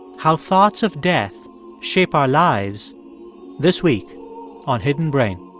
how thoughts of death shape our lives this week on hidden brain